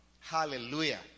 Hallelujah